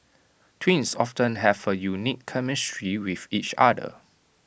twins often have A unique chemistry with each other